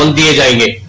um da da